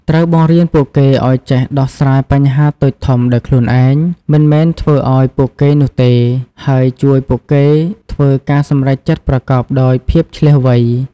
ត្រូវបង្រៀនពួកគេឲ្យចេះដោះស្រាយបញ្ហាតូចធំដោយខ្លួនឯង មិនមែនធ្វើឲ្យពួកគេនោះទេ ហើយជួយពួកគេធ្វើការសម្រេចចិត្តប្រកបដោយភាពឈ្លាសវៃ។